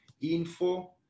Info